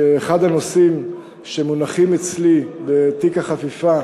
אחד הנושאים שמונחים אצלי בתיק החפיפה